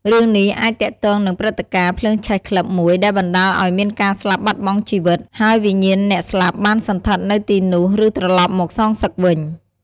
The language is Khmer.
រឿងនេះអាចទាក់ទងនឹងព្រឹត្តិការណ៍ ភ្លើងឆេះក្លឹប មួយ ដែលបណ្ដាលឲ្យមានការស្លាប់បាត់បង់ជីវិត ហើយវិញ្ញាណអ្នកស្លាប់បានសណ្ឋិតនៅទីនោះ ឬត្រឡប់មកសងសឹកវិញ។